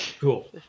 Cool